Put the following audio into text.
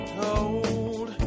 told